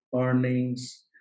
earnings